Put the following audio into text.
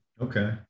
Okay